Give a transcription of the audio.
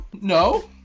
no